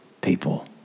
people